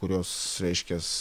kurios reiškias